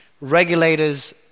regulators